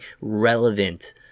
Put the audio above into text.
relevant